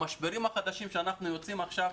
המשברים החדשים שאנחנו חווים עכשיו.